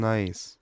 Nice